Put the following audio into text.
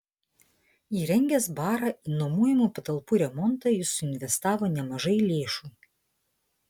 įrengęs barą į nuomojamų patalpų remontą jis suinvestavo nemažai lėšų